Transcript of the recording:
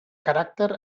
caràcter